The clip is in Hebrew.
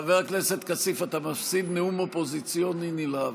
חבר הכנסת כסיף, אתה מפסיד נאום אופוזיציוני נלהב.